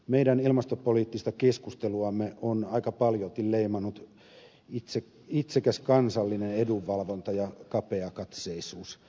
meidän ilmastopoliittista keskusteluamme on aika paljolti leimannut itsekäs kansallinen edunvalvonta ja kapeakatseisuus